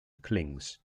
clings